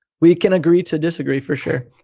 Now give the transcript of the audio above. we can agree to disagree for sure.